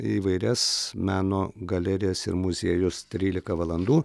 įvairias meno galerijas ir muziejus trylika valandų